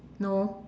no